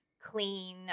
clean